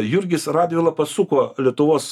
jurgis radvila pasuko lietuvos